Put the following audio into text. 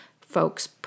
folks